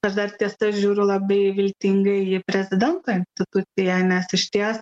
aš dar ties tuo žiūriu labai viltingai į prezidento instituciją nes išties